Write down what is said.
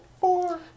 Four